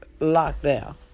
lockdown